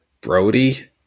Brody